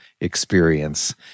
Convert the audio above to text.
experience